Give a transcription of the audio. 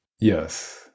Yes